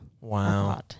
Wow